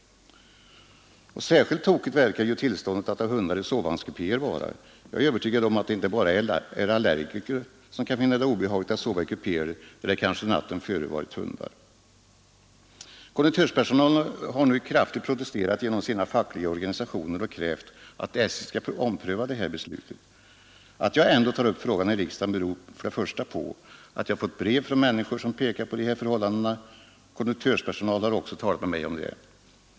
Särskilt tokigt verkar ju tillståndet att ha hundar i sovvagnskupéer vara; jag är övertygad om att det inte bara är allergiker som kan finna det obehagligt att sova i kupéer där det kanske natten före varit hundar. Konduktörspersonalen har nu protesterat kraftigt genom sina fackliga organisationer och krävt att SJ skall ompröva detta beslut. Att jag ändå tar upp frågan i riksdagen beror först och främst på att jag fått brev från människor som pekat på det här förhållandet. Konduktörspersonalen har även talat med mig om detta.